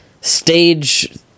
stage